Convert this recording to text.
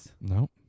No